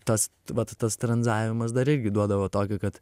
tas vat tas tranzavimas dar irgi duodavo tokio kad